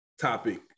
topic